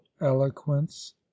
eloquence